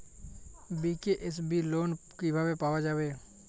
BKSB loan কিভাবে পাওয়া যাবে?